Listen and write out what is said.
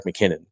McKinnon